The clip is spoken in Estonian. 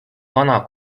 vana